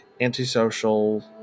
antisocial